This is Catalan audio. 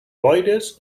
boires